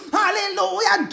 hallelujah